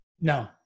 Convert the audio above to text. No